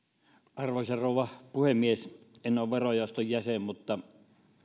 arvoisa rouva puhemies en ole verojaoston jäsen mutta kun